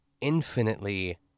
infinitely